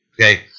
okay